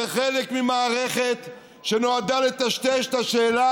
זה חלק ממערכת שנועדה לטשטש את השאלה